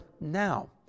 now